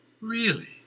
Really